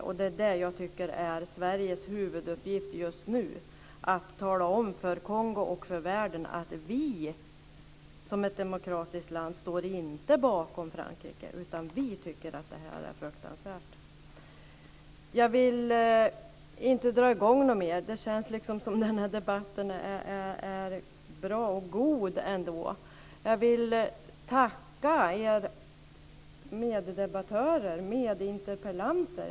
Jag tycker att det är Sveriges huvuduppgift just nu att tala om för Kongo och för världen att vi som ett demokratiskt land inte står bakom Frankrike, utan vi tycker att det är fruktansvärt. Jag vill inte dra i gång något mer. Det känns ändå som att den här debatten är bra och god. Jag vill tacka mina meddebattörer och medinterpellanter.